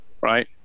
right